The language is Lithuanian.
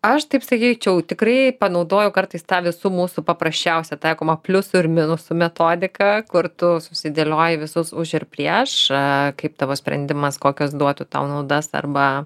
aš taip sakyčiau tikrai panaudoju kartais tą visų mūsų paprasčiausią taikomą pliusų ir minusų metodiką kur tu susidėlioji visus už ir prieš aaa kaip tavo sprendimas kokias duotų tau naudas arba